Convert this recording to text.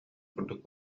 курдук